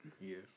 Yes